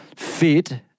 fit